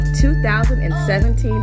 2017